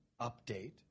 update